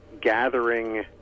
gathering